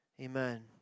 Amen